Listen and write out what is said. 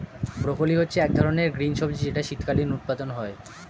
broccoli হচ্ছে এক ধরনের গ্রিন সবজি যেটার শীতকালীন উৎপাদন হয়ে